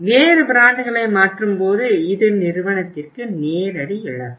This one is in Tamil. வேறு பிராண்டுகளை மாற்றும்போது இது நிறுவனத்திற்கு நேரடி இழப்பு